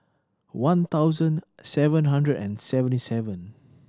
one thousand seven hundred and seventy seven